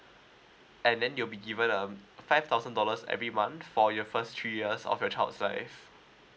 and then you'll be given um five thousand dollars every month for your first three years of your child's life